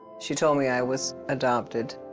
she told me i was adopted.